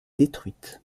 détruite